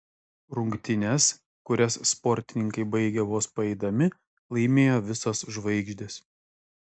rungtynes kurias sportininkai baigė vos paeidami laimėjo visos žvaigždės